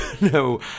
No